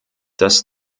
das